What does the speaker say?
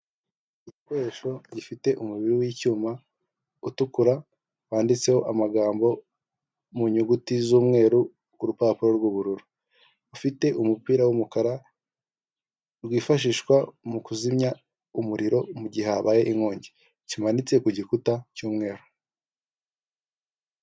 Igikoresho gifite umubiri w'icyuma utukura wanditseho amagambo mu nyuguti z'umweru, ku rupapuro rw'ubururu rufite umupira w'umukara rwifashishwa mu kuzimya umuriro mugihe habaye inkongi kimanitse ku gikuta cy'umweru.